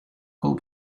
call